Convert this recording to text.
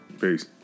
Peace